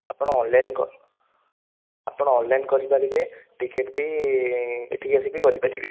ଆପଣ ଅନଲାଇନ୍ ଆପଣ ଅନଲାଇନ୍ କରିପାରିବେ ଟିକେଟ୍ ବି ଏଠିକି ଆସିକି କରିପାରିବେ